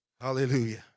Hallelujah